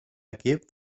equip